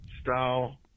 style